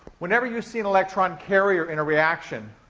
whenever you see an electron carrier in a reaction,